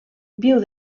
viu